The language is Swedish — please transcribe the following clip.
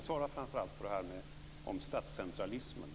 Svara framför allt på frågan om statscentralismen,